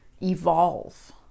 evolve